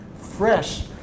fresh